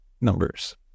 numbers